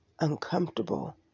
uncomfortable